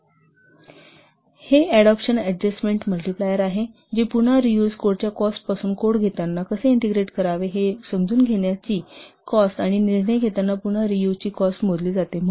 ESLOCASLOC1 AT100AAM हे adaptation adjustment multiplier आहे जे पुन्हा रियुज कोडच्या कॉस्टपासून कोड घेताना कसे ईंटेग्रेट करावे हे समजून घेण्याची कॉस्ट आणि निर्णय घेताना पुन्हा रियुज ची कॉस्ट मोजली जाते